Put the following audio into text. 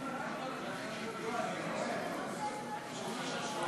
הצבאי (תיקון מס' 70),